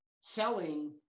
selling